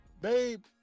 babe